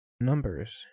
numbers